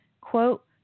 quote